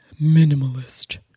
minimalist